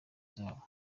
zabo